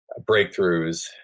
breakthroughs